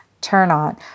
turn-on